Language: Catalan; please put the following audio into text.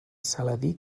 saladí